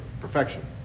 perfection